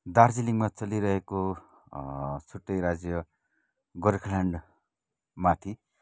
दार्जिलिङमा चलिरहेको छुट्टै राज्य गोर्खाल्यान्डमाथि